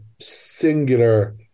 singular